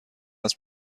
است